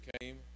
came